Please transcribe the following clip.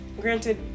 Granted